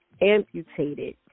amputated